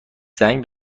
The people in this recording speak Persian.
زنگ